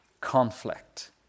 conflict